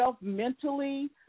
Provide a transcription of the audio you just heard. mentally